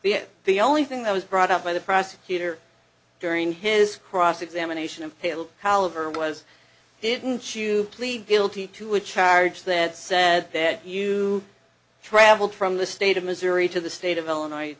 it the only thing that was brought up by the prosecutor during his cross examination impale however was didn't you plead guilty to a charge that said that you traveled from the state of missouri to the state of illinois